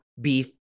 beef